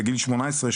בגיל 18,